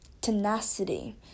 tenacity